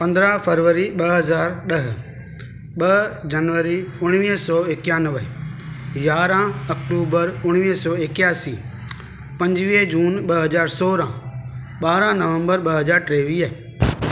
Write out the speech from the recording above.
पंद्रहं फरवरी ॿ हज़ार ॾह ॿ जनवरी उणिवीह सौ इकयानवे यारहं अक्टूबर उणिवीह सौ इकयासी पंजवीह जून ॿ हज़ार सौरहां ॿारह नवम्बर ॿ हज़ार टेवीह